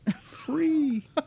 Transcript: free